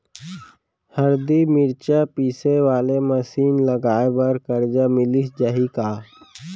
हरदी, मिरचा पीसे वाले मशीन लगाए बर करजा मिलिस जाही का?